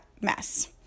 mess